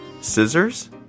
scissors